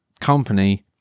company